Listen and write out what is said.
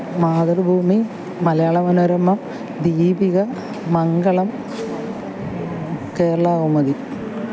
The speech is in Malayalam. മാതൃഭൂമി മലയാള മനോരമ ദീപിക മംഗളം കേരളകൗമുദി